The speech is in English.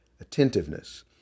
attentiveness